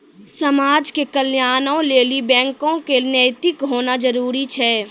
समाज के कल्याणों लेली बैको क नैतिक होना जरुरी छै